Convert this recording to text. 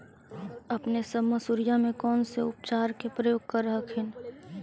अपने सब मसुरिया मे कौन से उपचार के प्रयोग कर हखिन?